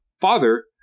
father